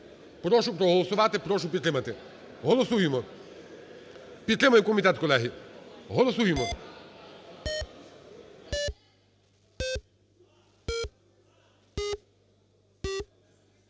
Прошу проголосувати, прошу підтримати. Голосуємо! Підтримаємо комітет, колеги. Голосуємо!